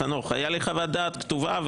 חנוך הייתה לי חוות דעת כתובה,